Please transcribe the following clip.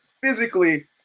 physically